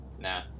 nah